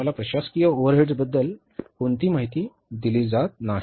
आम्हाला प्रशासकीय ओव्हरहेड्सबद्दल कोणतीही माहिती दिली जात नाही